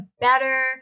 better